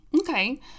Okay